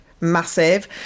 massive